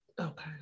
okay